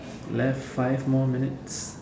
left five more minutes